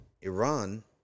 Iran